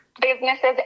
businesses